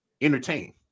entertain